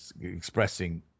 expressing